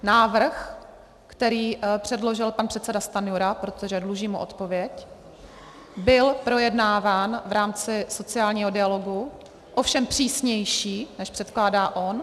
Návrh, který předložil pan předseda Stanjura, protože dlužím mu odpověď, byl projednáván v rámci sociálního dialogu, ovšem přísnější, než předkládá on.